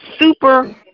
super